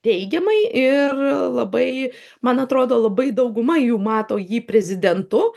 teigiamai ir labai man atrodo labai dauguma jų mato jį prezidentu